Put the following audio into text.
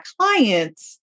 clients